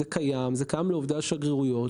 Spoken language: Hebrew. זה קיים למשל לעובדי השגרירויות.